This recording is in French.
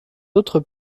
autres